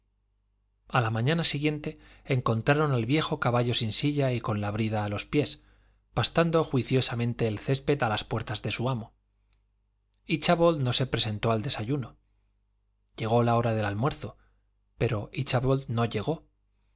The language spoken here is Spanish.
a la mañana siguiente encontraron al viejo caballo sin silla y con la brida a los pies pastando juiciosamente el césped a las puertas de su amo íchabod no se presentó al desayuno llegó la hora del almuerzo pero íchabod no llegó los